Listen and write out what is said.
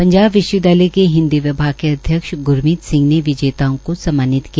पंजाब विश्वविद्यालय के हिन्दी विभाग के अध्यक्ष ग्रमीत सिंह ने विजेताओं को सम्मानित किया